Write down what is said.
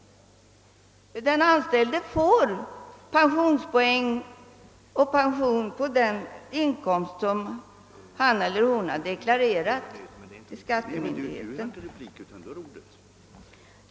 Den anställde får pensionspoäng och pension på den inkomst som han eller hon har deklarerat till skattemyndigheten.